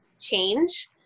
change